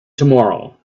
tomorrow